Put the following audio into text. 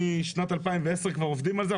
משנת 2010 כבר עובדים על זה.